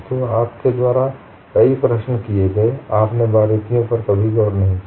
तो आपके द्वारा कई प्रश्न किए गयेे आपने बारीकियों पर कभी गौर नहीं किया